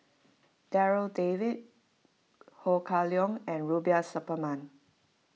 Darryl David Ho Kah Leong and Rubiah Suparman